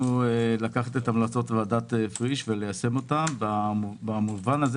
את המלצות ועדת פריש ויישמנו במובן הזה